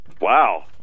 Wow